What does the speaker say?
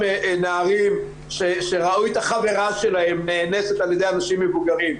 נערים שראו את החברה שלהם נאנסת על ידי אנשים מבוגרים,